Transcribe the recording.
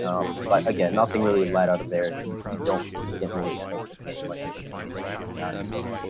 um but again, nothing really light out of there. you don't didn't really end up making any money. i didn't make any money. that's so